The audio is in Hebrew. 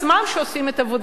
שעושים את עבודתם,